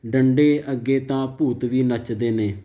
ਡੰਡੇ ਅੱਗੇ ਤਾਂ ਭੂਤ ਵੀ ਨੱਚਦੇ ਨੇ